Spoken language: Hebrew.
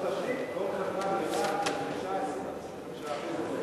בארצות-הברית כל חברה מפרישה 20% 25% לצורך,